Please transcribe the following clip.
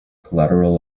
collateral